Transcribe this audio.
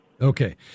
Okay